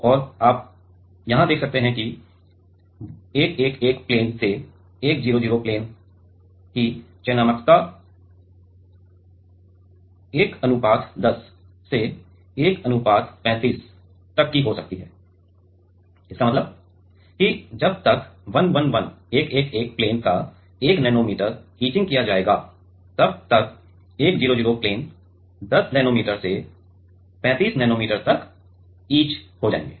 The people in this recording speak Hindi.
और यहाँ आप देख सकते हैं कि १११ प्लेन से १०० के प्लेन की चयनात्मकता १ १० से १ ३५ तक की हो सकती है इसका मतलब है कि जब तक 111 प्लेन का 1 नैनोमीटर इचिंग किया जाएगा तब तक 100 प्लेन 10 नैनोमीटर से 35 नैनोमीटर तक इचिंग हो जाएंगे